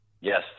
Yes